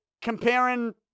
comparing